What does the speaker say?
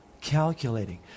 calculating